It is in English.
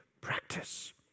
practice